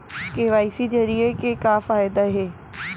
KYC जरिए के का फायदा हे?